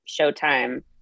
Showtime